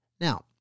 Now